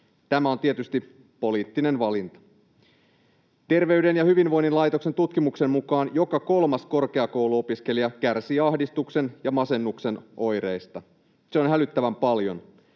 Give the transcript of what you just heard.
Tämä on tietysti poliittinen valinta. Terveyden ja hyvinvoinnin laitoksen tutkimuksen mukaan joka kolmas korkeakouluopiskelija kärsii ahdistuksen ja masennuksen oireista. Se on hälyttävän paljon.